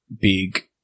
big